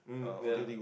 mmhmm yeah